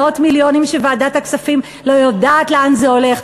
מאות מיליונים שוועדת הכספים לא יודעת לאן זה הולך.